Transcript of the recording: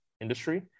industry